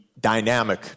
dynamic